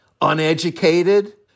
uneducated